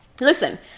listen